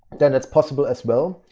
then it's possible as well.